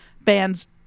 bands